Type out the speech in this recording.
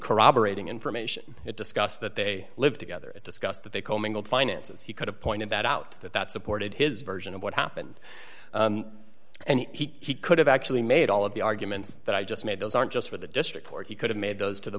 corroborating information it discussed that they live together and discuss that they commingle finances he could have pointed that out that that supported his version of what happened and he could have actually made all of the arguments that i just made those aren't just for the district court he could have made those to the